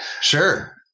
Sure